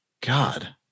God